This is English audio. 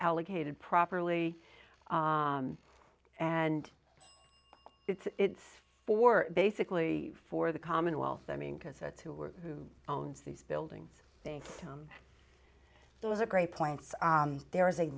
allocated properly and it's it's for basically for the commonwealth i mean because that's who we're who owns these buildings think tom it was a great point there is a